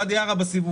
ואדי ערה בסיבובים,